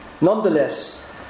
Nonetheless